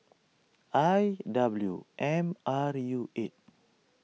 I W M R U eight